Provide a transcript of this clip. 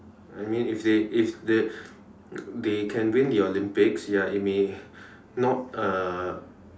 I mean if they if they they can win the Olympics ya it may not uh